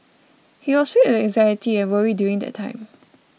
he was filled with anxiety and worry during that time